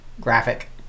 graphic